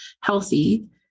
healthy